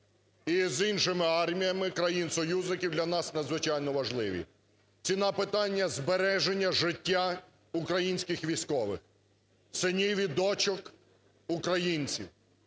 із іншими арміями країн-союзників для нас надзвичайно важливі. Ціна питання – збереження життя українських військових, синів і дочок українців.